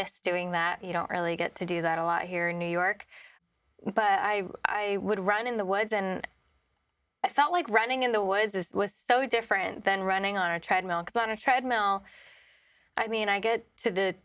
missed doing that you don't really get to do that a lot here in new york but i i would run in the woods and i felt like running in the woods is so different than running on a treadmill on a treadmill i mean i get to the